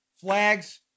flags